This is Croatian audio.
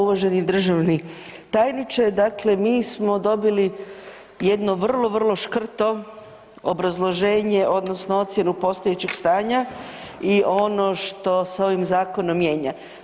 Uvaženi državni tajniče, dakle mi smo dobili jedno vrlo, vrlo škrto obrazloženje odnosno ocjenu postojećeg stanja i ono što se ovim zakonom mijenja.